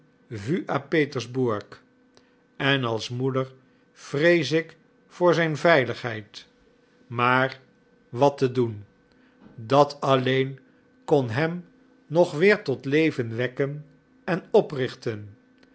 à petersbourg en als moeder vrees ik voor zijn veiligheid maar wat te doen dat alleen kon hem nog weer tot leven wekken en oprichten